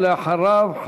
ואחריו,